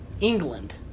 England